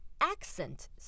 accent